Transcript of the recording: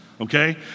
Okay